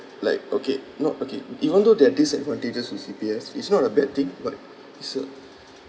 like okay not okay even though there are disadvantages with C_P_F it's not a bad thing but it's a